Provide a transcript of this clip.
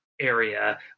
area